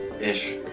ish